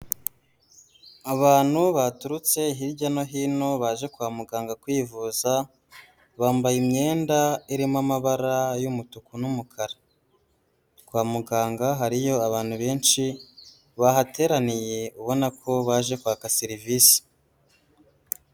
Abantu baturutse hirya no hino baje kwa muganga kwivuza, bambaye imyenda irimo amabara y'umutuku n'umukara, kwa muganga hariyo abantu benshi bahateraniye ubona ko baje kwaka serivisi.